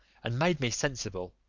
and made me sensible,